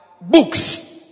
books